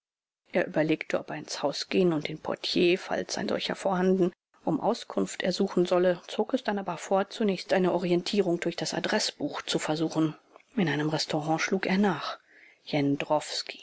er überlegte ob er ins haus gehen und den portier falls ein solcher vorhanden um auskunft ersuchen solle zog es dann aber vor zunächst eine orientierung durch das adreßbuch zu versuchen in einem restaurant schlug er nach